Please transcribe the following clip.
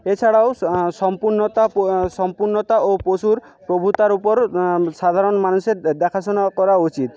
এছাড়াও সম্পূর্ণতা সম্পূর্ণতা ও পশুর প্রভুতার ওপর সাধারণ মানুষের দেখাশোনা করা উচিত